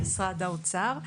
משרד האוצר.